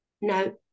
no